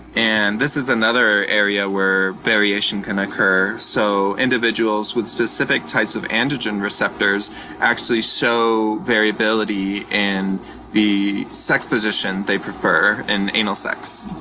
and this is another area where variation can occur. so individuals with specific types of androgen receptors actually show so variability in the sex position they prefer in anal sex.